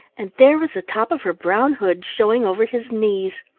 and there was the top of her brown hood showing over his knees.